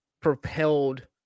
propelled